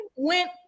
went